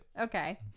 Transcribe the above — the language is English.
Okay